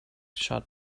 shut